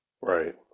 Right